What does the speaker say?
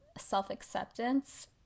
self-acceptance